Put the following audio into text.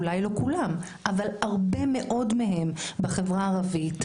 אולי לא כולם אבל הרבה מאוד מהם בחברה הערבית,